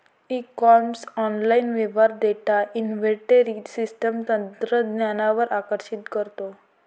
E commerce online व्यवहार data inventory system तंत्रज्ञानावर आकर्षित करतो